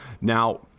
Now